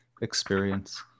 experience